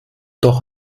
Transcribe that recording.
doch